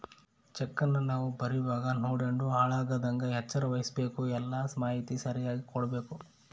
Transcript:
ಚೆಕ್ಕನ್ನ ನಾವು ಬರೀವಾಗ ನೋಡ್ಯಂಡು ಹಾಳಾಗದಂಗ ಎಚ್ಚರ ವಹಿಸ್ಭಕು, ಎಲ್ಲಾ ಮಾಹಿತಿ ಸರಿಯಾಗಿ ಕೊಡ್ಬಕು